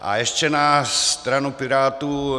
A ještě na stranu Pirátů.